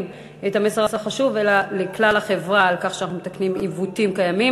אלא לכלל החברה את המסר החשוב שאנחנו מתקנים עיוותים קיימים.